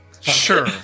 Sure